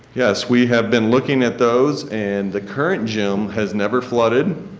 yes, we have been looking at those and the current gym has never flooded